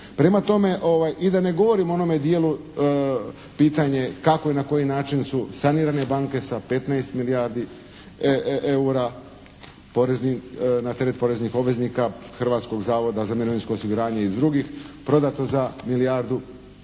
Prema tome, i da ne govorim o onome dijelu pitanje kako i na koji način su sanirane banke sa 15 milijardi eura na teret poreznih obveznika Hrvatskog zavoda za mirovinsko osiguranje i drugih prodato za milijardu,